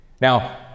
Now